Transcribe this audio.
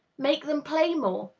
make them play more,